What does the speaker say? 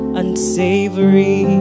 unsavory